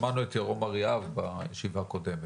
שמענו את ירום אריאב בישיבה הקודמת.